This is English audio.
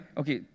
okay